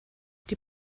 die